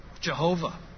Jehovah